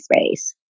space